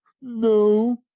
No